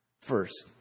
first